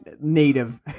Native